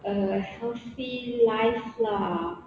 a healthy life lah